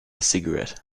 cigarette